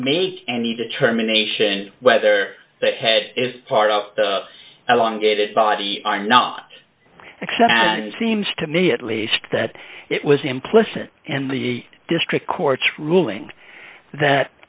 make any determination whether the head is part of a long gated body are not except it seems to me at least that it was implicit and the district court's ruling that